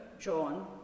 John